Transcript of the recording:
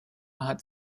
hat